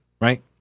right